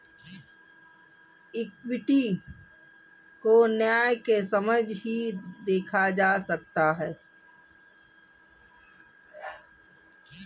equity को न्याय के समक्ष ही देखा जा सकता है